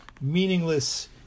meaningless